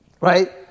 right